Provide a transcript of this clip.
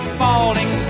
falling